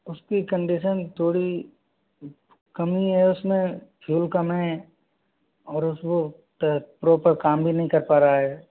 उसकी कंडीशन थोड़ी कमी है उसमें फ्यूल कम है और उस वो प्रॉपर काम भी नहीं कर पा रहा है